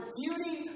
beauty